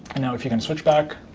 now, if you can switch back.